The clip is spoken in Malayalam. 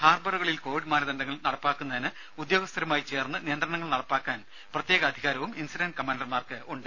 ഹാർബറുകളിൽ കോവിഡ് മാനദണ്ഡങ്ങൾ നടപ്പിലാക്കുന്നതിന് ഉഗ്യോഗസ്ഥരുമായി ചേർന്ന് നിയന്ത്രണങ്ങൾ നടപ്പിലാക്കാൻ പ്രത്യേക അധികാരവും ഇൻസിഡന്റ് കമാണ്ടർമാർക്കുണ്ട്